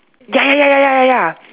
ya ya ya ya ya ya ya